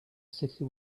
city